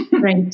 Right